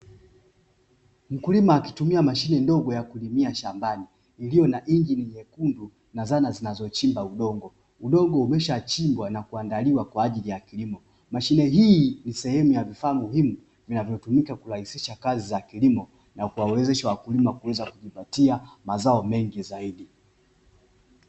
Mkulima akitumia mashine ndogo ya kulimia shambani iliyo na injini nyekundu na zana zinazochimba udongo. Udongo umeshachimbwa na kuandaliwa kwa ajili ya kilimo. Mashine hii ni sehemu ya vifaa muhimu vinavyotumika kurahisisha kazi za kilimo na kuwawezesha wakulima kuweza kujipatia mazao mengi zaidi.